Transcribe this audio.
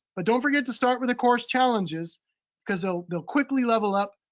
but don't forget to start with the course challenges cause they'll they'll quickly level up,